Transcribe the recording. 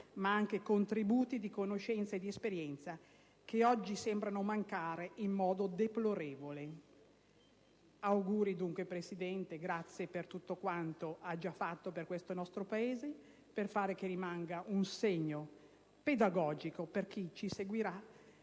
ma anche contributi di conoscenza e di esperienza che oggi sembrano mancare in modo deplorevole. Auguri dunque, presidente Colombo, e grazie per quanto ha già fatto per il Paese, nella speranza che rimanga un segno pedagogico per chi ci seguirà: